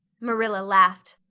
marilla laughed.